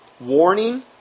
warning